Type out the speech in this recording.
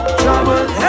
trouble